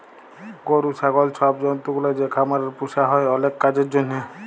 গরু, ছাগল ছব জল্তুগুলা যে খামারে পুসা হ্যয় অলেক কাজের জ্যনহে